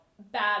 Bad